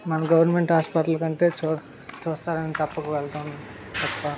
మనం గవర్నమెంట్ హాస్పిటల్కంటే చూ చూస్తారని తప్పక వెళ్తాము తప్ప